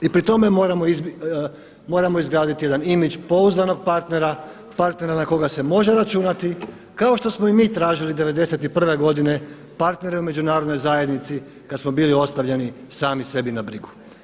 I pri tome moramo izgraditi jedan imidž pouzdanog partnera, partnera na koga se može računati kako što smo i mi tražili 91. godine partnere u međunarodnoj zajednici kad smo bili ostavljeni sami sebi na brigu.